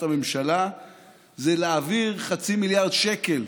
הממשלה הוא להעביר חצי מיליארד שקל,